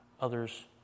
others